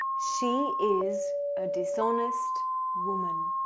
she is a dishonest woman.